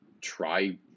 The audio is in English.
try